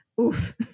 Oof